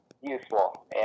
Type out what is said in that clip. useful